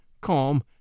calm